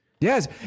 Yes